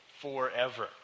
forever